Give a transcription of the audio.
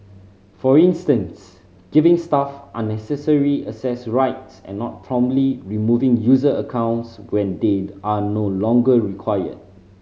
for instance giving staff unnecessary access rights and not promptly removing user accounts when they are no longer required